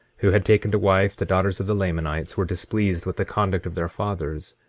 who had taken to wife the daughters of the lamanites, were displeased with the conduct of their fathers,